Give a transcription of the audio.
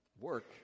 work